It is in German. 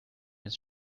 ist